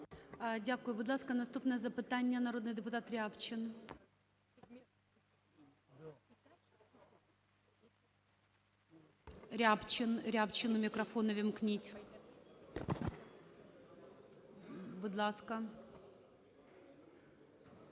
Дякую. Будь ласка, наступне запитання - народний депутат Рябчин. Рябчин. Рябину мікрофон увімкніть. Будь ласка.